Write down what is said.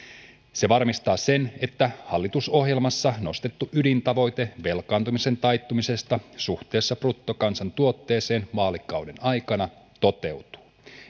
se varmistaa sen että hallitusohjelmassa nostettu ydintavoite velkaantumisen taittumisesta suhteessa bruttokansantuotteeseen vaalikauden aikana toteutuu